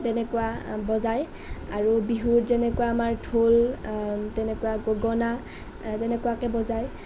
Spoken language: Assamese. তেনেকুৱা বজাই আৰু বিহুত যেনেকুৱা আমাৰ ঢোল তেনেকুৱা গগনা তেনেকুৱাকে বজাই